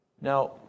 Now